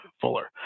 fuller